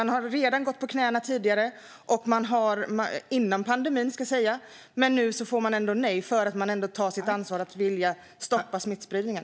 Man gick på knäna tidigare, redan före pandemin, och nu får man nej trots att man tar sitt ansvar för att vilja stoppa smittspridningen.